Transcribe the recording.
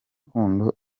rukundo